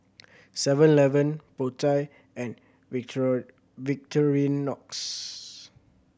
Seven Eleven Po Chai and Victorinox